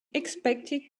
expected